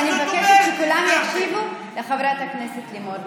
ואני מבקשת שכולם יקשיבו לחברת הכנסת לימור מגן.